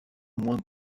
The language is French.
moins